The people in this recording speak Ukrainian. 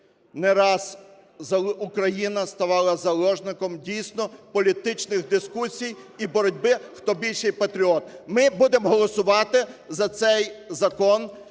Не раз Україна ставала заложником, дійсно, політичних дискусій і боротьби, хто більший патріот. Ми будемо голосувати за цей закон,